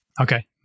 Okay